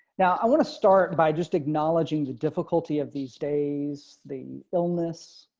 now i want to start by just acknowledging the difficulty of these days, the illness,